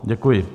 Děkuji.